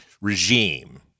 regime